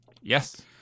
Yes